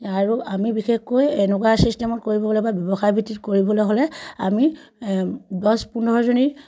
আৰু আমি বিশেষকৈ এনেকুৱা ছিষ্টেমত কৰিবলৈ বা ব্যৱসায় ভিত্তিত কৰিবলৈ হ'লে আমি দহ পোন্ধৰজনীৰ